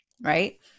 Right